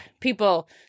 people